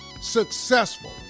successful